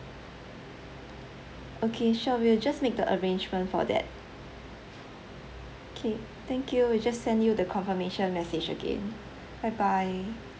okay sure we'll just make the arrangement for that okay thank you we'll just send you the confirmation message again bye bye